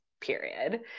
period